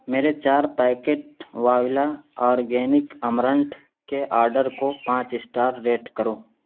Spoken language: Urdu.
میرے چار پیکٹ والا آرگینک امرنٹھ کے آڈر کو پانچ اسٹار ریٹ کرو